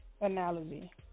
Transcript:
analogy